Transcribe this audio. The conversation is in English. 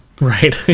Right